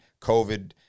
COVID